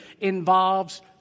involves